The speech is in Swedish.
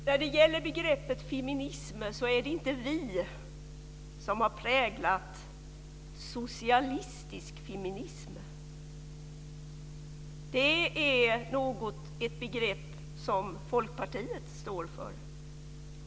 Herr talman! Det är inte vi som har präglat begreppet socialistisk feminism. Det är ett begrepp som Folkpartiet står för.